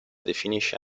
definisce